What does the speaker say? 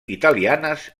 italianes